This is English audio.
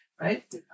right